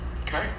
okay